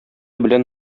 белән